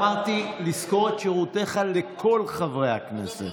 אמרתי: לשכור את שירותיך לכל חברי הכנסת,